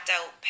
out